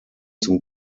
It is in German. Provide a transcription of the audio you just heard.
zum